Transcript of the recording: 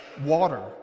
water